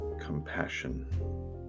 compassion